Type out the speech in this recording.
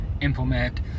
implement